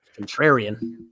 Contrarian